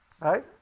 Right